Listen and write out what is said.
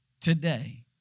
today